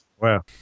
Wow